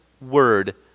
word